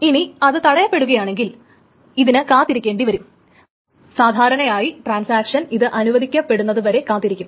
ഇനി അത് തടയപ്പെടുകയാണെങ്കിൽ ഇതിന് കാത്തിരിക്കേണ്ടി വരും സാധാരണയായി ട്രാൻസാക്ഷൻ ഇത് അനുവദിക്കപ്പെടുന്നതു വരെ കാത്തിരിക്കും